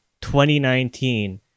2019